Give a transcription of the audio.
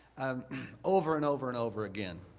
um over and over and over again,